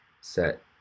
set